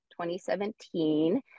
2017